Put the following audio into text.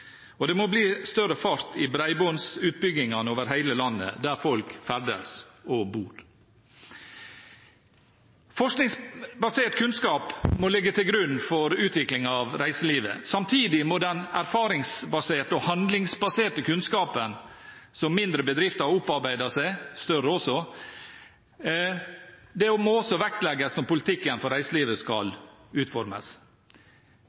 Det må bli større fart i bredbåndsutbyggingen over hele landet der folk ferdes og bor. Forskningsbasert kunnskap må ligge til grunn for utviklingen av reiselivet. Samtidig må også den erfaringsbaserte og handlingsbaserte kunnskapen som mindre bedrifter opparbeider seg – også større – vektlegges når politikken for reiselivet skal utformes. Det er også behov for mer kunnskap når